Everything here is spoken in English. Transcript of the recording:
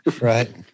Right